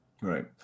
Right